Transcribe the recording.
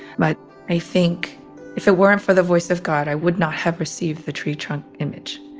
but i think if it weren't for the voice of god, i would not have received the tree trunk image.